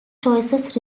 choices